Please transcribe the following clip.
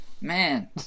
Man